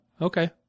okay